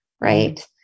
right